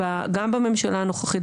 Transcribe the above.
גם בממשלה הנוכחית,